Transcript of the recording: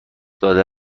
داده